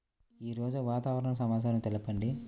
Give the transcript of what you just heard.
ఈరోజు వాతావరణ సమాచారం తెలుపండి